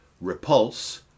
Repulse